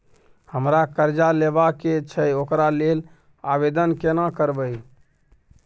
हमरा कर्जा लेबा के छै ओकरा लेल आवेदन केना करबै?